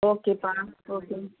ஓகேப்பா ஓகே